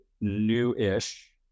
new-ish